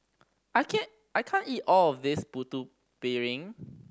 I can I can't eat all of this Putu Piring